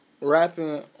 rapping